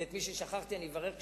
ואת מי ששכחתי אני אברך כשאסכם,